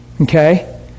Okay